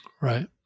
Right